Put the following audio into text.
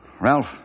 Ralph